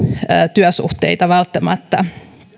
työsuhteita välttämättä